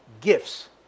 gifts